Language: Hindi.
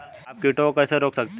आप कीटों को कैसे रोक सकते हैं?